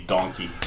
Donkey